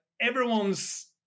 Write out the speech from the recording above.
everyone's